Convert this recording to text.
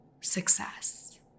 success